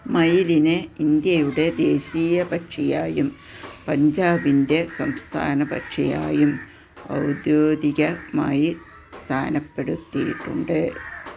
മയിലിനെ ഇന്ത്യയുടെ ദേശീയ പക്ഷിയായും പഞ്ചാബിൻ്റെ സംസ്ഥാന പക്ഷിയായും ഔദ്യോഗികമായി സ്ഥാനപ്പെടുത്തിയിട്ടുണ്ട്